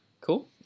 cool